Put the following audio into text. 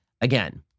again